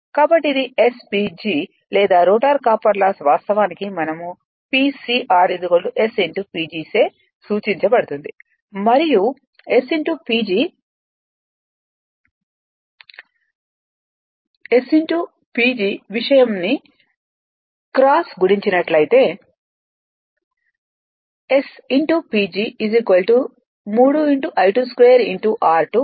కాబట్టి ఇది SPG లేదా రోటర్ కాపర్ లాస్ వాస్తవానికి మనం Pcr S PG చే సూచించబడుతుంది మరియు S P విషయంని క్రాస్ గుణించినట్లయితే S PG 3 I2 2 r2